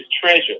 treasure